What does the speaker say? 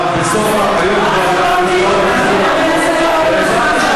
היות שאנחנו נמצאים כבר בסוף,